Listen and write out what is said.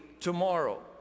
tomorrow